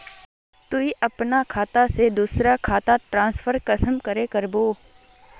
तुई अपना खाता से दूसरा खातात ट्रांसफर कुंसम करे करबो?